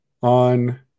on